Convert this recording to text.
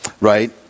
Right